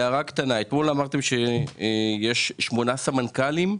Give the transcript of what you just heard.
הערה קטנה: אתמול אמרתם שיש שמונה סמנכ"לים.